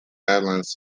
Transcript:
guidelines